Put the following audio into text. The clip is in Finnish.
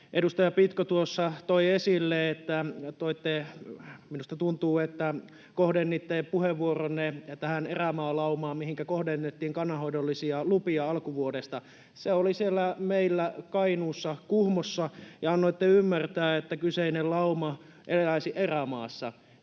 Edustaja Pitko tuossa toi esille tämän: Minusta tuntuu, että kohdensitte puheenvuoronne tähän erämaalaumaan, mihinkä kohdennettiin kannanhoidollisia lupia alkuvuodesta. Se oli siellä meillä Kainuussa, Kuhmossa. Annoitte ymmärtää, että kyseinen lauma eläisi erämaassa.